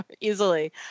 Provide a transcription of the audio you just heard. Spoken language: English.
easily